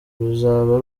ruzaba